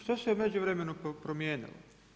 Što se je u međuvremenu promijenilo?